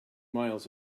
miles